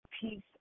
peace